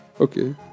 Okay